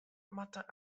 moatte